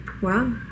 wow